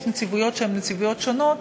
יש נציבויות שונות,